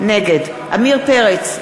נגד עמיר פרץ,